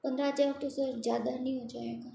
पंद्रह हज़ार तो सर ज़्यादा नहीं हो जाएगा